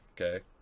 okay